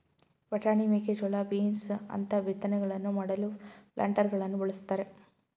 ಬಟಾಣಿ, ಮೇಕೆಜೋಳ, ಬೀನ್ಸ್ ಅಂತ ಬಿತ್ತನೆಗಳನ್ನು ಮಾಡಲು ಪ್ಲಾಂಟರಗಳನ್ನು ಬಳ್ಸತ್ತರೆ